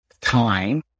time